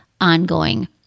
ongoing